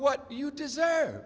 what you deserve